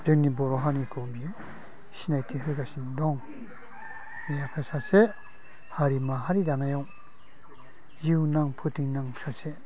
जोंनि बर' हारिखौ बियो सिनायथि होगासिनो दं बे आफा सासे हारि माहारि दानायाव जिउनां फोथैनां सासे